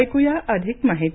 ऐकूया अधिक माहिती